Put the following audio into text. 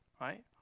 right